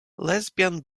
lesbian